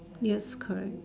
yes correct